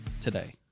today